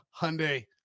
Hyundai